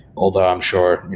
although i'm sure,